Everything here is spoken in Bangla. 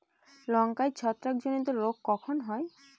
লঙ্কায় ছত্রাক জনিত রোগ কখন হয়?